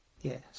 Yes